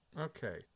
Okay